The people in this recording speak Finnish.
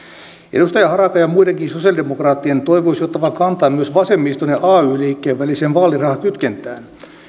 edustaja harakan ja muidenkin sosialidemokraattien toivoisi ottavan kantaa myös vasemmiston ja ay liikkeen väliseen vaalirahakytkentään